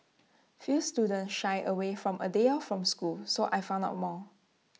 few students shy away from A day off from school so I found out more